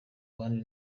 bandi